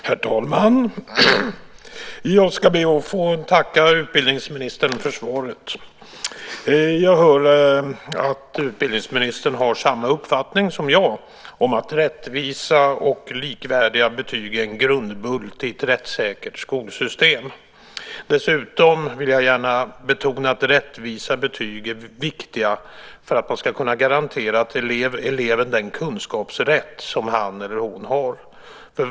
Herr talman! Jag ska be att få tacka utbildningsministern för svaret. Jag hör att utbildningsministern har samma uppfattning som jag om att rättvisa och likvärdiga betyg är en grundbult i ett rättssäkert skolsystem. Dessutom vill jag gärna betona att rättvisa betyg är viktiga för att man ska kunna garantera eleven den kunskapsrätt som han eller hon har.